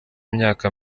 imyaka